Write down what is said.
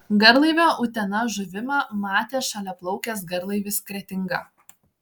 garlaivio utena žuvimą matė šalia plaukęs garlaivis kretinga